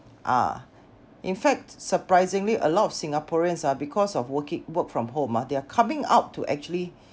ah in fact surprisingly a lot of singaporeans ah because of working work from home ah they're coming out to actually